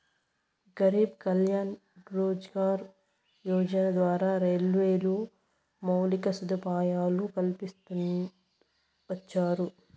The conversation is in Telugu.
గరీబ్ కళ్యాణ్ రోజ్గార్ యోజన ద్వారా రైల్వేలో మౌలిక సదుపాయాలు కల్పిస్తూ వచ్చారు